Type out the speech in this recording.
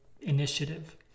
initiative